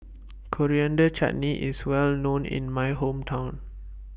Coriander Chutney IS Well known in My Hometown